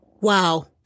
Wow